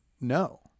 No